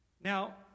Now